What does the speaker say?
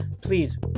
please